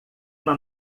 uma